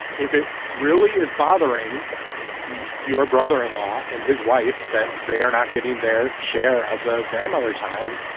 if it really is bothering your brother in law and his wife that they are not getting their share of the grandmother time,